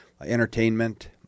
entertainment